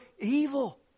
evil